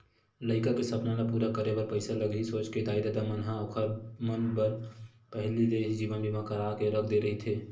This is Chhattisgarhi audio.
लइका के सपना ल पूरा करे बर पइसा लगही सोच के दाई ददा मन ह ओखर मन बर पहिली ले ही जीवन बीमा करा के रख दे रहिथे